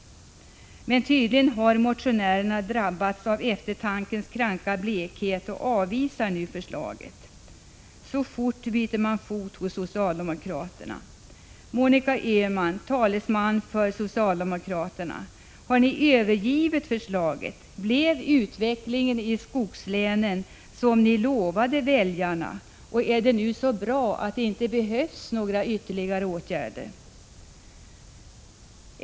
Men tydligen har motionärerna drabbats av eftertankens kranka blekhet. De avvisar nämligen nu förslaget. Så fort byter socialdemokraterna fot. Jag vill fråga Monica Öhman, som är talesman för socialdemokraterna: Har ni övergett förslaget? Blev utvecklingen i skogslänen som ni lovat väljarna och är det nu så bra att det inte behövs några ytterligare åtgärder?